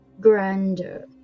grander